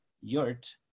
yurt